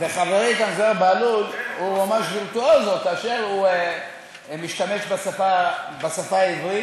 וחברי כאן זוהיר בהלול הוא ממש וירטואוזו כאשר הוא משתמש בשפה העברית,